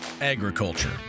agriculture